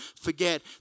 forget